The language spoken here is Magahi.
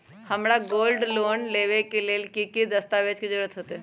हमरा गोल्ड लोन लेबे के लेल कि कि दस्ताबेज के जरूरत होयेत?